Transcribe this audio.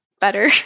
better